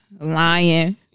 Lying